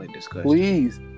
please